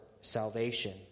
salvation